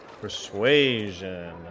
Persuasion